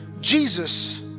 Jesus